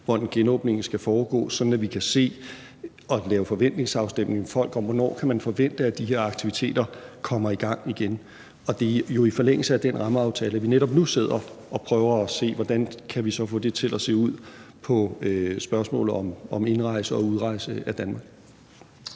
hvordan genåbningen skal foregå, sådan at vi kan se og lave forventningsafstemning med folk om, hvornår man kan forvente at de her aktiviteter kommer i gang igen. Det er jo i forlængelse af den rammeaftale, at vi netop nu sidder og prøver at se, hvordan vi så kan få det til at se ud med spørgsmålet om indrejse og udrejse af Danmark.